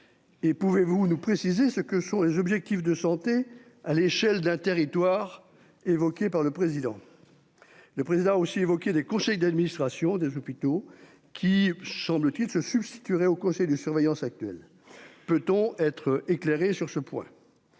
Et pouvez-vous nous préciser ce que sont les objectifs de santé à l'échelle d'un territoire évoquée par le président. Le président a aussi évoqué des conseils d'administration des hôpitaux qui semble-t-il se substituerait au conseil de surveillance actuelle peut-on être éclairé sur ce point.--